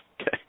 okay